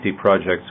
projects